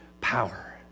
power